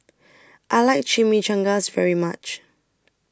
I like Chimichangas very much